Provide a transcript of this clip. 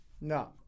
No